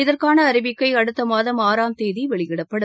இதற்கான அறிவிக்கை அடுத்தமாதம் ஆறாம் தேதி வெளியிடப்படும்